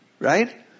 Right